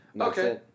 Okay